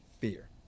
Fear